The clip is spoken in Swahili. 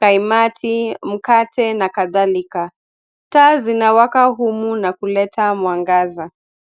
kaimati, mkate na kadhalika. Taa zinawaka humu na kuleta mwangaza.